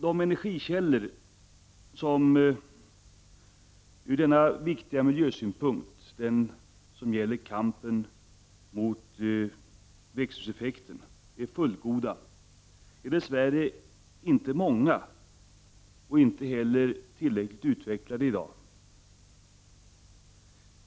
De energikällor som ur denna viktiga miljösynpunkt, den som gäller kampen mot växthuseffekten, är fullgoda är dess värre inte många och inte heller tillräckligt utvecklade i dag.